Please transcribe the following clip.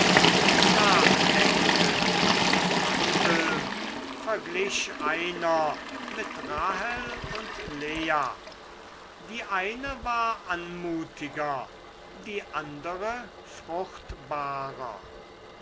nachdenken und handeln verglich einer mit rahel und lea die eine war anmutiger die andere fruchtbarer